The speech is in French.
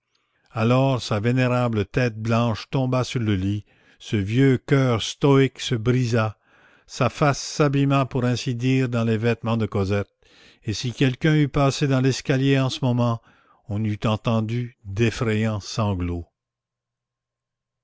alors sa vénérable tête blanche tomba sur le lit ce vieux coeur stoïque se brisa sa face s'abîma pour ainsi dire dans les vêtements de cosette et si quelqu'un eût passé dans l'escalier en ce moment on eût entendu d'effrayants sanglots